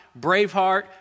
Braveheart